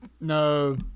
No